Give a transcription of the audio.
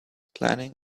planning